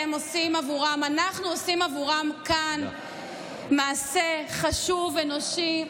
אנחנו עושים כאן עבורם מעשה חשוב ואנושי.